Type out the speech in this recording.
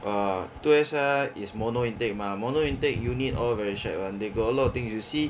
!wah! two S_I_R is mono intake mah mono intake unit all very shag [one] they got a lot of things you see